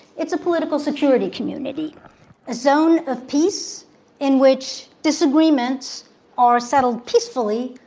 it's a political security community a zone of peace in which disagreements are settled peacefully,